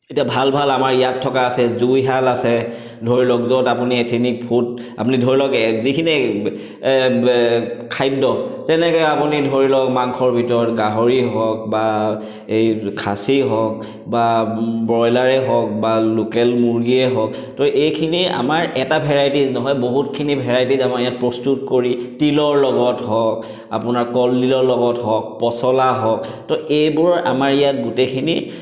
এতিয়া ভাল ভাল আমাৰ ইয়াত থকা আছে জুইশাল আছে ধৰি লওক য'ত আপুনি এথেনিক ফুড আপুনি ধৰি লওক যিখিনি খাদ্য যেনেকৈ আপুনি ধৰি লওক মাংসৰ ভিতৰত গাহৰি হওক বা এই খাছী হওক বা ব্ৰইলাৰে হওক বা লোকেল মুৰ্গীয়ে হওক তো এইখিনি আমাৰ এটা ভেৰাইটিজ নহয় বহুতখিনি ভেৰাইটিজ আমাৰ ইয়াত প্ৰস্তুত কৰি তিলৰ লগত হওক আপোনাৰ কলডিলৰ লগত হওক পচলা হওক তো এইবোৰৰ আমাৰ ইয়াত গোটেইখিনি